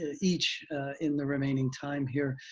ah each in the remaining time here.